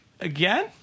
again